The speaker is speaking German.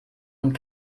und